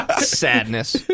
Sadness